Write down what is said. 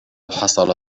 حصل